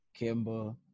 Kimba